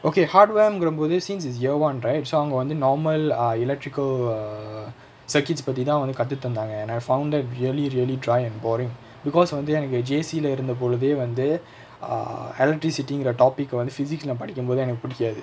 okay hardware ங்ர போது:ngra pothu since is year one right so அவங்க வந்து:avanga vanthu normal err electrical err circuits பத்திதா வந்து கத்து தந்தாங்க:pathithaa vanthu kathu thanthaanga and I found it really really dry and boring because வந்து எனக்கு:vanthu enakku J_C leh இருந்த பொழுதெ வந்து:iruntha poluthae vanthu err electricity ங்குர:ngura topic ah வந்து:vanthu physics நா படிக்கும்போதே எனக்கு புடிக்காது:naa padikkumpothe enakku pudikaathu